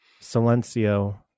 Silencio